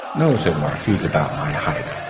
no, said mark, he's about my height.